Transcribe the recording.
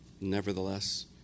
nevertheless